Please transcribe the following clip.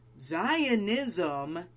zionism